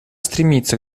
стремится